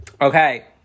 Okay